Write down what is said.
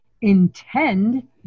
intend